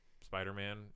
Spider-Man